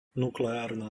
nukleárna